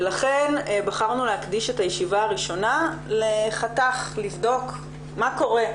לכן בחרנו להקדיש את הישיבה הראשונה לחתך לבדוק מה קורה,